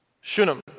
Shunem